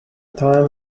time